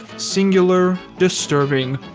singular, disturbing,